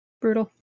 Brutal